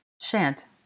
Shant